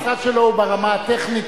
המשרד שלו הוא ברמה הטכנית,